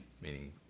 meaning